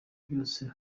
byose